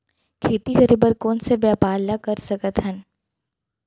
खेती करे बर कोन से व्यापार ला कर सकथन?